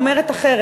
אומרת אחרת,